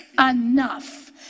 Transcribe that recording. enough